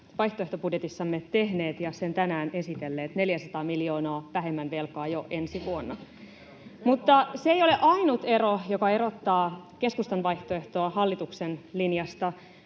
vaihtoehtobudjetissamme tehneet ja sen tänään esitelleet: 400 miljoonaa vähemmän velkaa jo ensi vuonna. Mutta se ei ole ainut ero, joka erottaa keskustan vaihtoehdon hallituksen linjasta.